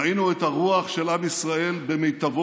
ראינו את הרוח של עם ישראל במיטבו,